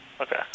Okay